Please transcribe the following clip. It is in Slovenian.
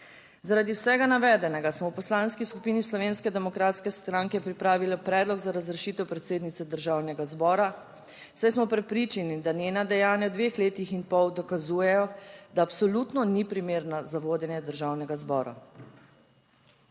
Zaradi vsega navedenega smo v Poslanski skupini Slovenske demokratske stranke pripravili predlog za razrešitev predsednice Državnega zbora, saj smo prepričani, da njena dejanja v dveh letih in pol dokazujejo, da absolutno ni primerna za vodenje Državnega zbora.